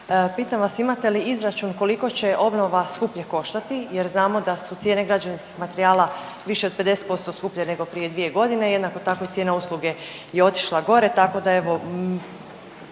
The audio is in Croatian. pitam vas imate li izračun koliko će obnova skuplje koštati jer znamo da su cijene građevinskog materijala više od 50% skuplje nego prije 2 godine. Jednako tako i cijena usluge je otišla gore tako da evo